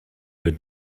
wird